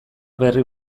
berri